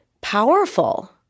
powerful